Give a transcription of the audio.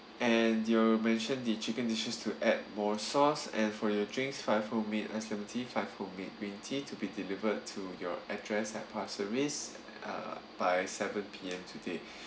and you mention the chicken dishes to add more sauce and for your drinks five homemade ice lemon tea five homemade green tea to be delivered to your address at pasir ris uh by seven P_M today